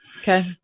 Okay